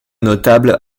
notable